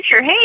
Hey